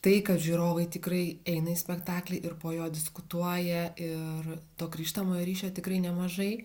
tai kad žiūrovai tikrai eina į spektaklį ir po jo diskutuoja ir to grįžtamojo ryšio tikrai nemažai